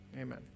Amen